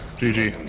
three